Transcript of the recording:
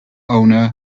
owner